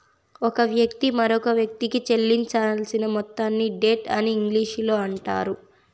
ఒక వ్యక్తి మరొకవ్యక్తికి చెల్లించాల్సిన మొత్తాన్ని డెట్ అని ఇంగ్లీషులో అంటారు